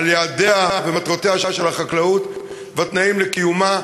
על יעדיה ומטרותיה של החקלאות והתנאים לקיומה,